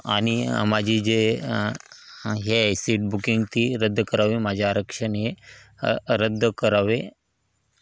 आणि माझी जे हे सीट बुकिंग ती रद्द करावी माझ्या आरक्षण हे रद्द करावे